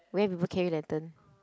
where people carry lantern